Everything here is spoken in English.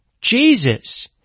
Jesus